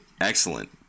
excellent